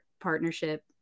partnership